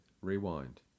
Rewind